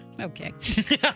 Okay